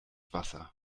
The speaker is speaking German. wasser